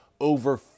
Over